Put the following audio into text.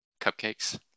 Cupcakes